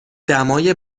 دمای